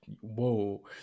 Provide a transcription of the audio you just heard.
whoa